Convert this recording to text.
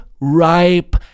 ripe